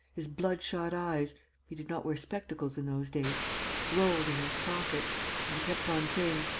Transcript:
his bloodshot eyes he did not wear spectacles in those days rolled in their sockets and he kept on saying,